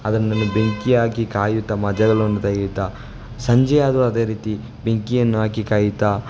ಅದನ್ನು ಬೆಂಕಿ ಹಾಕಿ ಕಾಯುತ್ತ ಮಜಗಳನ್ನು ತೆಗೆಯುತ್ತ ಸಂಜೆಯಾದರೂ ಅದೇ ರೀತಿ ಬೆಂಕಿಯನ್ನು ಹಾಕಿ ಕಾಯುತ್ತಾ